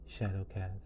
Shadowcast